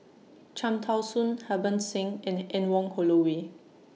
Cham Tao Soon Harbans Singh and Anne Wong Holloway